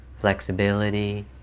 flexibility